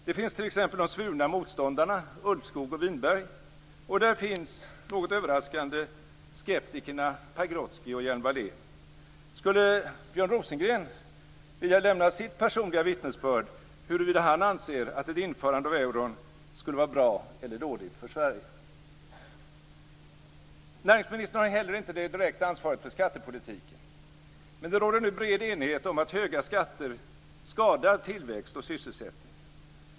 Där finns t.ex. de svurna motståndarna Ulvskog och Winberg, och där finns - något överraskande - skeptikerna Pagrotsky och Hjelm-Wallén. Skulle Björn Rosengren vilja lämna sitt personliga vittnesbörd huruvida han anser att ett införande av euron skulle vara bra eller dåligt för Sverige? Näringsministern har inte heller det direkta ansvaret för skattepolitiken. Men det råder nu bred enighet om att höga skatter skadar tillväxt och sysselsättning.